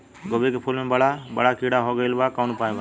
गोभी के फूल मे बड़ा बड़ा कीड़ा हो गइलबा कवन उपाय बा?